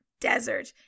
desert